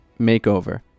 Makeover